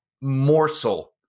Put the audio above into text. morsel